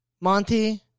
Monty